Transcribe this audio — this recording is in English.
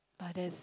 but there's